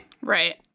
Right